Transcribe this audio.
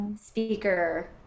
speaker